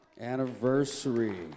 anniversary